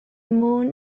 moon